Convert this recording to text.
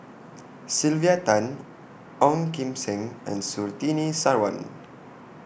Sylvia Tan Ong Kim Seng and Surtini Sarwan